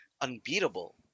unbeatable